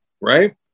Right